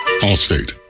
Allstate